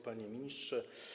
Panie Ministrze!